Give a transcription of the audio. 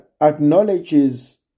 acknowledges